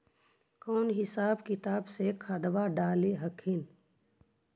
कौन हिसाब किताब से खदबा डाल हखिन?